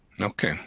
okay